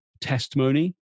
testimony